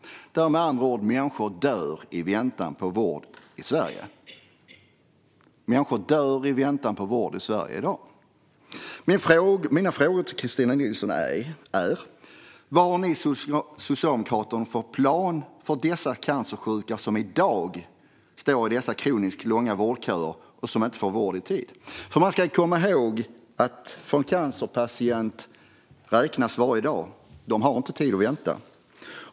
Människor dör med andra ord i väntan på vård i Sverige i dag. Vilken plan har Socialdemokraterna för de cancersjuka som står i dessa kroniskt långa vårdköer i dag och som inte får vård i tid? Vi ska komma ihåg att för en cancerpatient räknas varje dag. Man har inte tid att vänta.